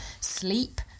sleep